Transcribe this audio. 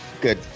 good